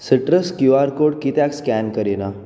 citrus Q R code कित्याक scan करिना